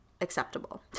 acceptable